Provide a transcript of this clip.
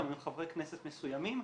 ועם חברי כנסת מסוימים,